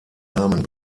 namen